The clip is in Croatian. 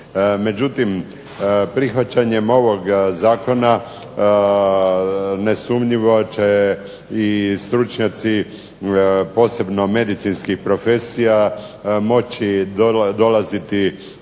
Međutim, prihvaćanjem ovog zakona nesumnjivo će i stručnjaci posebno medicinskih profesija moći dolaziti